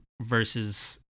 versus